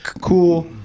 cool